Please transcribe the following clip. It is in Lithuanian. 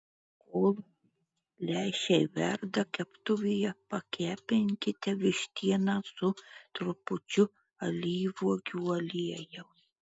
kol lęšiai verda keptuvėje pakepinkite vištieną su trupučiu alyvuogių aliejaus